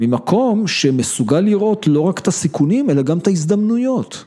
במקום שמסוגל לראות לא רק את הסיכונים, אלא גם את ההזדמנויות.